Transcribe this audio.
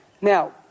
Now